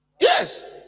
yes